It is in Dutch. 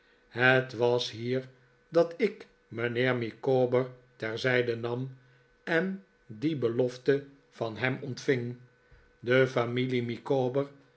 het was hier dat ik mijnheer micawber terzijde nam en die belofte van hem ontving de familie